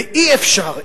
ואי-אפשר,